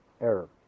error